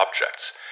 objects